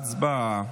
הצבעה.